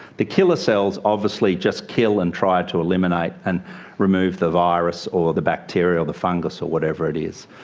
the killer cells obviously just kill and try to eliminate and remove the virus or the bacteria or the fungus or whatever it is.